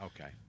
Okay